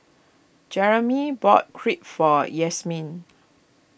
Jeramy bought Crepe for Yasmine